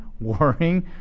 worrying